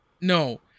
No